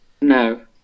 No